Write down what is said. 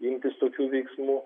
imtis tokių veiksmų